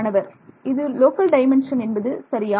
மாணவர் இது local dimension என்பது சரியா